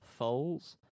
Foles